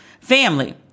family